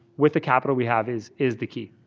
with the capital we have is is the key.